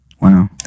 Wow